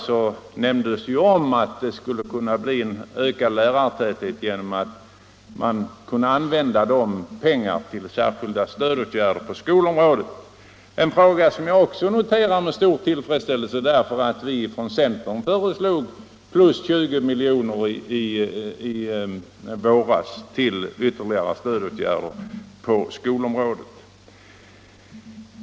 Vidare nämnde statsrådet att man skulle kunna öka lärartätheten genom att använda anslaget till särskilda stödåtgärder på skolområdet, en upplysning som jag också noterar med stor tillfredsställelse, eftersom vi från centerhåll i våras föreslog ytterligare 20 milj.kr. till särskilda stödåtgärder på skolområdet.